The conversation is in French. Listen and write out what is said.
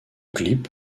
clip